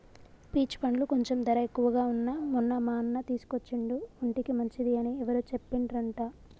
peach పండ్లు కొంచెం ధర ఎక్కువగా వున్నా మొన్న మా అన్న తీసుకొచ్చిండు ఒంటికి మంచిది అని ఎవరో చెప్పిండ్రంట